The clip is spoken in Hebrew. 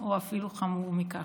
או אפילו חמור מכך.